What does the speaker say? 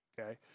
okay